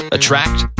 Attract